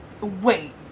wait